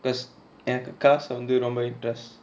cause எனக்கு:enaku cars வந்து ரொம்ப:vanthu romba interest